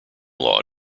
law